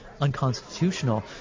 unconstitutional